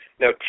Now